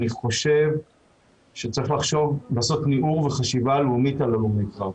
אני חושב שצריך לעשות ניעור וחשיבה לאומית על הלומי קרב,